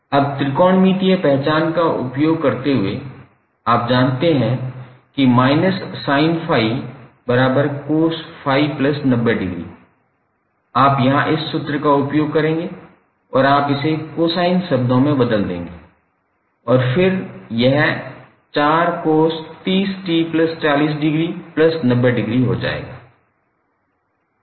अब त्रिकोणमितीय पहचान का उपयोग करते हुए आप जानते हैं कि −sin∅cos∅90° आप यहाँ इस सूत्र का उपयोग करेंगे और आप इसे cosine शब्दों में बदल देंगे और फिर यह 4cos30𝑡40°90° हो जाएगा